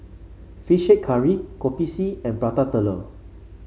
fish head curry Kopi C and Prata Telur